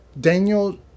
Daniel